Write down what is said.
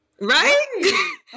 right